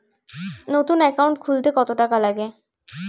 নতুন একাউন্ট খুলতে কত টাকা লাগে?